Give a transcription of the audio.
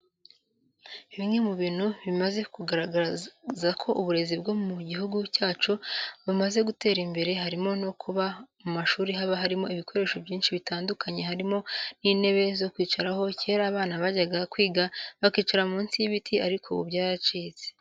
Bimwe mu bintu bimaze kugaragaza ko uburezi bwo mu gihugu cyacu bumaze gutera imbere, harimo no kuba mu mashuri haba harimo ibikoresho byinshi bitandukanye harimo n'intebe zo kwicaraho. Kera abana bajyaga kwiga bakicara munsi y'ibiti ariko ubu byaracitse.